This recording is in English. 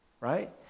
right